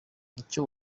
icyo